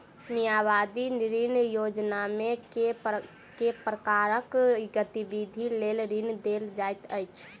मियादी ऋण योजनामे केँ प्रकारक गतिविधि लेल ऋण देल जाइत अछि